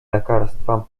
lekarstwa